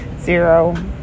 zero